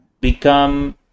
become